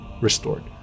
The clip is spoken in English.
restored